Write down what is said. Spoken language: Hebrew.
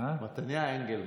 מתניהו אנגלמן.